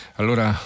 allora